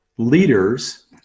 leaders